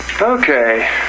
Okay